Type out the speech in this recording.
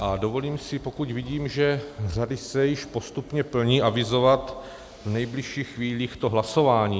A dovolím si, pokud vidím, že řady se již postupně plní, avizovat v nejbližších chvílích to hlasování.